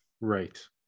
right